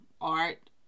art